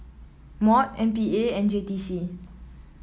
MOD M P A and J T C